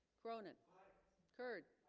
cronin kurd